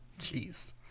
Jeez